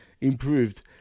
improved